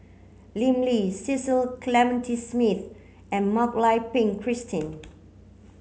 Lim Lee Cecil Clementi Smith and Mak Lai Peng Christine